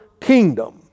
kingdom